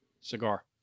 Cigar